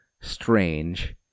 strange